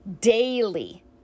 daily